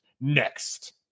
Next